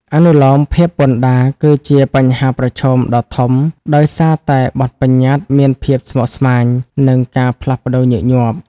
អនុលោមភាពពន្ធដារគឺជាបញ្ហាប្រឈមដ៏ធំ ដោយសារតែបទប្បញ្ញត្តិមានភាពស្មុគស្មាញ និងការផ្លាស់ប្តូរញឹកញាប់។